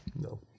No